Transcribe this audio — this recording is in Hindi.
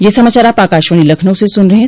ब्रे क यह समाचार आप आकाशवाणी लखनऊ से सुन रहे हैं